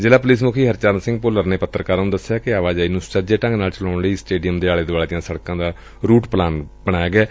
ਜ਼ਿਲ੍ਹਾ ਪੁਲਿਸ ਮੁਖੀ ਹਰਚਰਨ ਸਿੰਘ ਭੁੱਲਰ ਨੇ ਪੱਤਰਕਾਰਾਂ ਨੂੰ ਦਸਿਆ ਕਿ ਆਵਾਜਾਈ ਨੂੰ ਸੁਚੱਜੇ ਢੰਗ ਨਾਲ ਚੇਲਾਉਣ ਲਈ ਸਟੇਡੀਅਮ ਦੇ ਆਲੇ ਦੁਆਲੇ ਦੀਆਂ ਸੜਕਾਂ ਦਾ ਰੂਟ ਪਲਾਨ ਬਣਾਇਆ ਗਿਐ